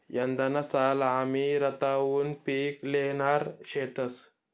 यंदाना साल आमी रताउनं पिक ल्हेणार शेतंस